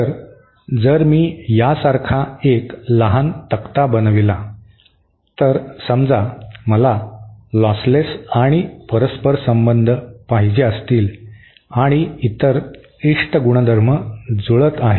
तर जर मी यासारखा एक लहान तक्ता बनविला तर समजा मला लॉसलेस आणि परस्परसंबंध पाहिजे असेल आणि इतर इष्ट गुणधर्म जुळत आहेत